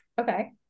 Okay